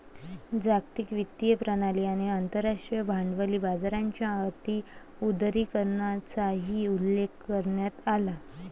जागतिक वित्तीय प्रणाली आणि आंतरराष्ट्रीय भांडवली बाजाराच्या अति उदारीकरणाचाही उल्लेख करण्यात आला